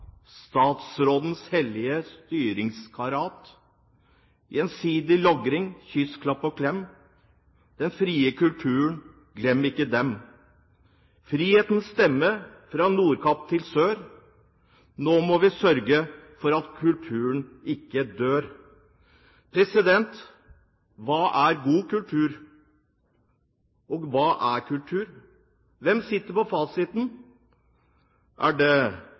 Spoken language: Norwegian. statsrådens hellige styringskarat. Gjensidig logring, kyss, klapp og klem, den frie kulturen, glem ikke den. Frihetens stemme fra Nordkapp til sør, nå må vi sørge for at kulturen ikke dør!» Hva er god kultur? Hva er kultur? Hvem sitter på fasiten? Er det